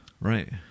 Right